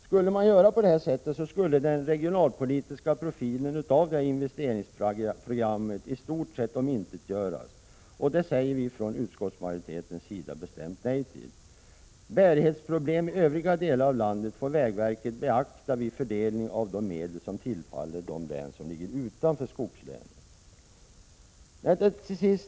Skulle man göra på detta sätt skulle den regionalpolitiska profilen av investeringsprogrammet i stort sett omintetgöras, och det säger vi från utskottsmajoriteten bestämt nej till. Bärighetsproblem i övriga delar av landet får beaktas av vägverket vid fördelningen av de medel som tillfaller de län som ligger utanför skogslänen. Herr talman!